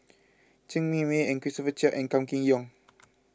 Chen Cheng Mei and Christopher Chia and Kam Kee Yong